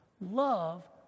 Love